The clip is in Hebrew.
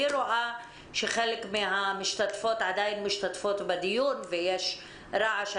אני רואה שחלק מהמשתתפות עדיין משתתפות בדיון ויש רעש.